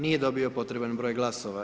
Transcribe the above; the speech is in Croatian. Nije dobio potreban broj glasova.